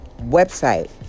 website